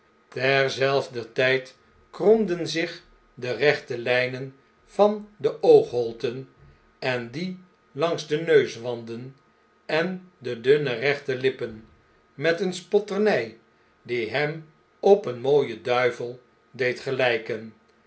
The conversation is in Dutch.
zelfder tijd kromden zich de rechte lijnen van de oogholten en die langs de neuswanden en de dunne rechte lippen met eene spotterny die hem op een mooien duivel deed geiyken